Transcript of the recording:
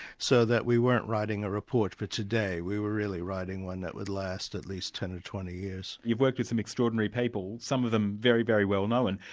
so that we weren't writing a report for today, we were really writing one that would last at least ten or twenty years. you've worked with some extraordinary people, some of them very, very well-known,